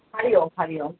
Hari Om Hari Om